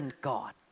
God